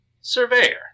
surveyor